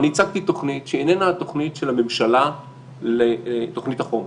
אני הצגתי תוכנית שהיא איננה התוכנית של הממשלה לתוכנית החומש.